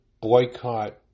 boycott